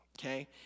Okay